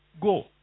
go